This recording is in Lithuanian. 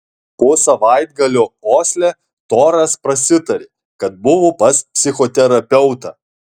po savaitgalio osle toras prasitarė kad buvo pas psichoterapeutą